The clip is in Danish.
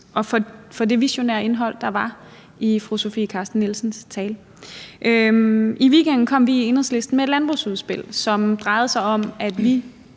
og for det visionære indhold, der var i fru Sofie Carsten Nielsens tale. I weekenden kom vi i Enhedslisten med et landbrugsudspil, som drejer sig om, at vi